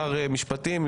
שר משפטים,